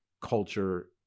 culture